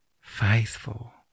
faithful